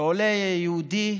עולה יהודי,